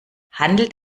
handelt